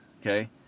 okay